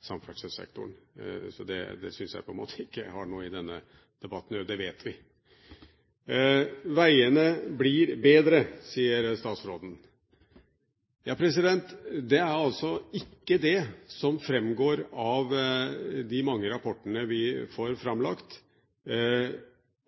samferdselssektoren, så det syns jeg på en måte ikke har noe i denne debatten å gjøre. Det vet vi. Veiene blir bedre, sier statsråden. Ja, det er altså ikke det som framgår av de mange rapportene vi får framlagt,